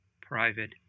private